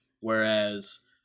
Whereas